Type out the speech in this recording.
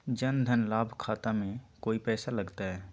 जन धन लाभ खाता में कोइ पैसों लगते?